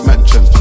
mansion